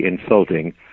insulting